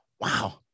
wow